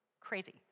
crazy